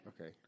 Okay